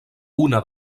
una